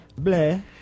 Bleh